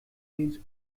bridge